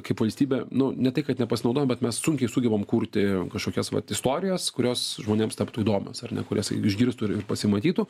kaip valstybė nu ne tai kad nepasinaudojam bet mes sunkiai sugebam kurti kažkokias vat istorijas kurios žmonėms taptų įdomios ar ne kurias išgirstų ir pasimatytų